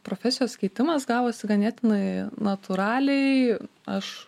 profesijos keitimas gavosi ganėtinai natūraliai aš